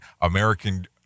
American